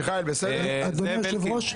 אדוני היושב-ראש,